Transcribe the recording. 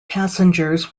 passengers